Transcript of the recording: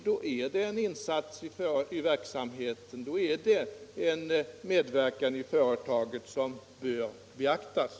Då är det en insats i verksamheten, då är det en medverkan i företaget som bör beaktas.